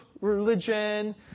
religion